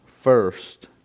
first